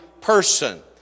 person